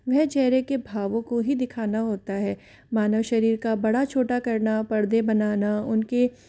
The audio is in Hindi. वह चेहरे के भावों को ही दिखाना होता है मानव शरीर का बड़ा छोटा करना पर्दे बनाना उन के